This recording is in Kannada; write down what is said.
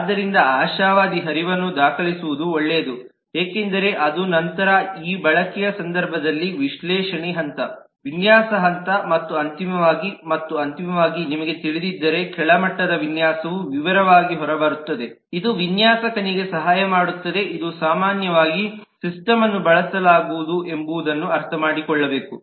ಆದ್ದರಿಂದ ಆಶಾವಾದಿ ಹರಿವನ್ನು ದಾಖಲಿಸುವುದು ಒಳ್ಳೆಯದು ಏಕೆಂದರೆ ಅದು ನಂತರ ಈ ಬಳಕೆಯ ಸಂದರ್ಭದಲ್ಲಿ ವಿಶ್ಲೇಷಣೆ ಹಂತ ವಿನ್ಯಾಸ ಹಂತ ಮತ್ತು ಅಂತಿಮವಾಗಿ ಮತ್ತು ಅಂತಿಮವಾಗಿ ನಿಮಗೆ ತಿಳಿದಿದ್ದರೆ ಕೆಳಮಟ್ಟದ ವಿನ್ಯಾಸವು ವಿವರವಾಗಿ ಹೊರಬರುತ್ತದೆ ಇದು ವಿನ್ಯಾಸಕನಿಗೆ ಸಹಾಯ ಮಾಡುತ್ತದೆ ಇದು ಸಾಮಾನ್ಯವಾಗಿ ಸಿಸ್ಟಮ ನ್ನು ಬಳಸಲಾಗುವುದು ಎಂಬುದನ್ನು ಅರ್ಥಮಾಡಿಕೊಳ್ಳಬೇಕು